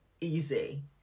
easy